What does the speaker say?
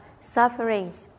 sufferings